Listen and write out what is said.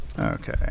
Okay